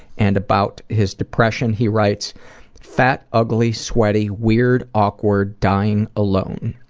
and about his depression he writes fat ugly sweaty weird awkward dying alone.